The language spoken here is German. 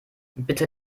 bitte